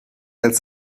als